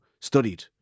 studied